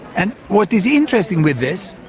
and what is interesting with this,